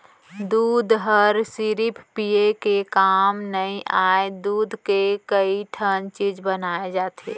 दूद हर सिरिफ पिये के काम नइ आय, दूद के कइ ठन चीज बनाए जाथे